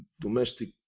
domestic